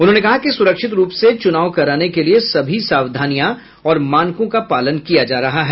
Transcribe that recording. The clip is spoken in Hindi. उन्होंने कहा कि सुरक्षित रूप से चुनाव कराने के लिए सभी सावधानिओं और मानकों का पालन किया जा रहा है